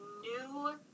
new